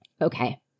Okay